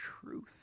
truth